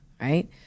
Right